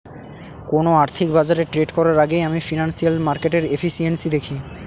কোন আর্থিক বাজারে ট্রেড করার আগেই আমি ফিনান্সিয়াল মার্কেটের এফিসিয়েন্সি দেখি